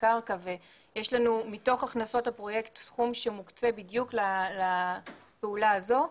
הקרקע ויש לנו מתוך הכנסות הפרויקט סכום שמוקצה בדיוק לפעולה הזאת,